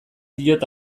diot